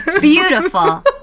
beautiful